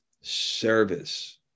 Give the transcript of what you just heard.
service